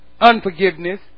unforgiveness